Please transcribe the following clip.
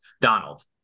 Donald